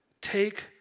Take